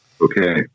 Okay